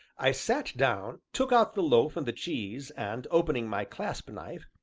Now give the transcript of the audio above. i sat down, took out the loaf and the cheese, and opening my clasp-knife,